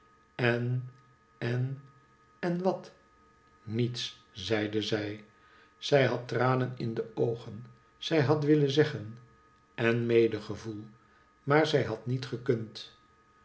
en en en wat niets zeide zij zij had tranen in de oogen zij had willen zeggen en medegevoel maar zij had niet gekund